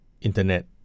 internet